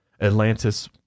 Atlantis